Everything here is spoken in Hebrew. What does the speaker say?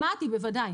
שמעתי, בוודאי.